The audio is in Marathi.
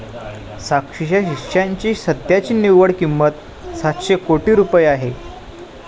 साक्षीच्या हिश्श्याची सध्याची निव्वळ किंमत सातशे कोटी रुपये आहे